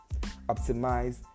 Optimize